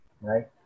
right